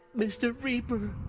mr. reaper.